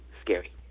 Scary